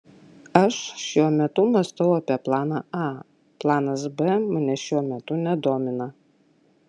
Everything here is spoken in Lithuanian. aš šiuo metu mąstau apie planą a planas b manęs šiuo metu nedomina